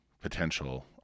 potential